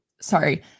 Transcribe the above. sorry